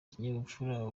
ikinyabupfura